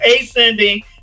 ascending